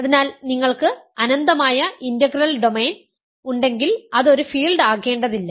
അതിനാൽ നിങ്ങൾക്ക് അനന്തമായ ഇന്റഗ്രൽ ഡൊമെയ്ൻ ഉണ്ടെങ്കിൽ അത് ഒരു ഫീൽഡ് ആകേണ്ടതില്ല